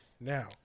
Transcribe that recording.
Now